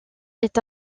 est